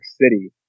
City